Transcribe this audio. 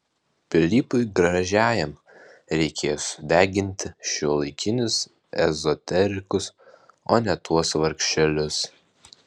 pilypui gražiajam reikėjo sudeginti šiuolaikinius ezoterikus o ne tuos vargšelius